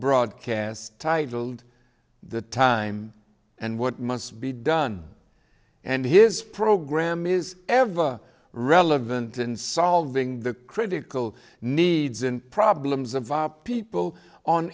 broadcast titled the time and what must be done and his program is ever relevant in solving the critical needs and problems of our people on